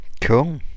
Cool